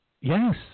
Yes